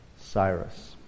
Cyrus